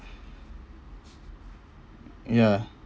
ya